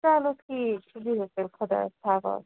چلو ٹھیٖک چھُ بِہِو تیٚلہِ خۄدایَس حوال